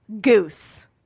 Goose